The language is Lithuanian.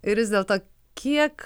ir vis dėlto kiek